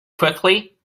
quickly